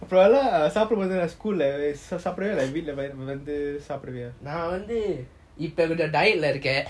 அப்புறம் எல்லாம் சாப்பிடும்போது:apram ellam sapdumbothu school lah சாப்டுவிய இல்ல வீட்டுக்கு வந்து சாப்டுவிய:sapduviya illa veetuku vanthu sapduviya